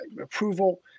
approval